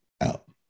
out